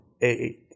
eight